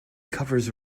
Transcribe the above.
covers